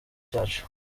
cyacu